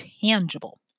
tangible